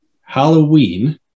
Halloween